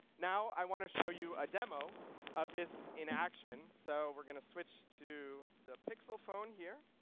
now, i want to show you a demo of this in action. so we're going to switch to the pixel phone here.